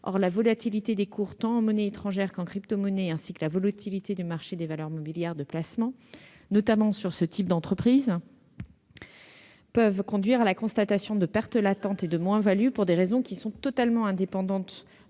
Or la volatilité des cours, tant en monnaies étrangères qu'en cryptomonnaies, ainsi que la volatilité du marché des valeurs mobilières de placement, notamment sur ce type d'entreprises, peuvent conduire à la constatation de pertes latentes et de moins-values, pour des raisons totalement indépendantes